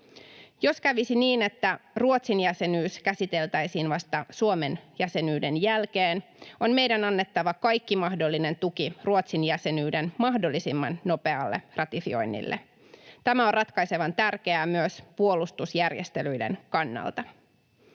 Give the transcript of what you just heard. Jos kävisi niin, että Ruotsin jäsenyys käsiteltäisiin vasta Suomen jäsenyyden jälkeen, on meidän annettava kaikki mahdollinen tuki Ruotsin jäsenyyden mahdollisimman nopealle ratifioinnille. Tämä on ratkaisevan tärkeää myös puolustusjärjestelyiden kannalta.